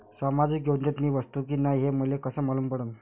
सामाजिक योजनेत मी बसतो की नाय हे मले कस मालूम पडन?